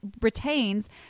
retains